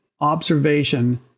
observation